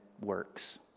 works